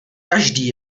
každý